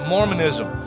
Mormonism